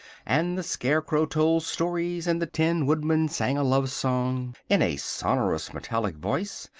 and the scarecrow told stories, and the tin woodman sang a love song in a sonorous, metallic voice,